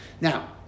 Now